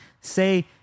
Say